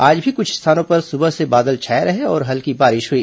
आज भी क्छ स्थानों पर सुबह से बादल छाए रहे और हल्की बारिश हई